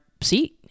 seat